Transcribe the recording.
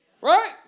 Right